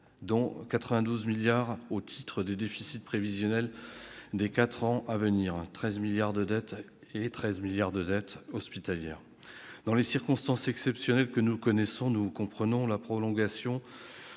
dont 92 milliards au titre des déficits prévisionnels des quatre ans à venir et 13 milliards de dette hospitalière. Dans les circonstances exceptionnelles que nous connaissons, nous comprenons la prolongation